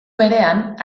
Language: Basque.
berean